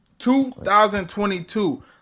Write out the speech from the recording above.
2022